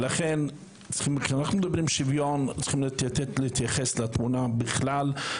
לכן כשאנחנו מדברים על שוויון אנחנו צריכים להתייחס לתמונה בכלל.